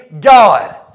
God